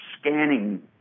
scanning